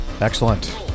Excellent